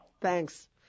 Thanks